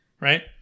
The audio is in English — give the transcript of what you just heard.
right